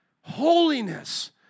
Holiness